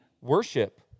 worship